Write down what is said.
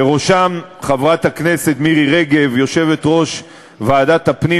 ובראשם חברת הכנסת מירי רגב, יושבת-ראש ועדת הפנים